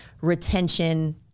retention